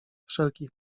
wszelkich